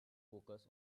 focus